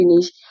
finish